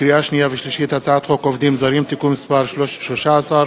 לקריאה שנייה ולקריאה שלישית: הצעת חוק עובדים זרים (תיקון מס' 13),